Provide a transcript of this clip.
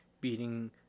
beating